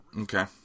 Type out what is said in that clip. Okay